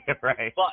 Right